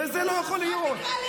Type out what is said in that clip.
זה לא יכול להיות.